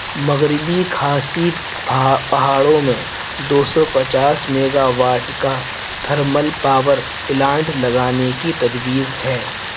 مغربی کھاسی پہاڑوں میں دو سو پچاس میگا واٹ کا تھرمل پاور پلانٹ لگانے کی تجویز ہے